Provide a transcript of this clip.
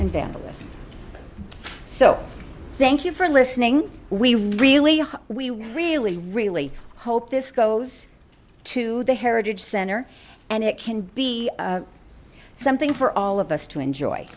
and vandalism so thank you for listening we really how we really really hope this goes to the heritage center and it can be something for all of us to enjoy